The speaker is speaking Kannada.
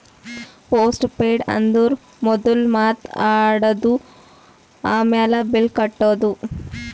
ಪೋಸ್ಟ್ ಪೇಯ್ಡ್ ಅಂದುರ್ ಮೊದುಲ್ ಮಾತ್ ಆಡದು, ಆಮ್ಯಾಲ್ ಬಿಲ್ ಕಟ್ಟದು